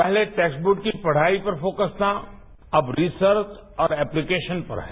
पहले टेस्टवक की पढ़ाई पर फोकस था अब रिसर्च और ऐप्लीकेशन पर है